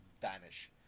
vanish